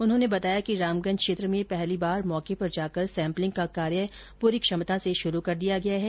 उन्होंने बताया कि रामगंज क्षेत्र में पहली बार मौके पर जाकर सैम्पलिंग का कार्य पूरी क्षमता से शुरू कर दिया गया है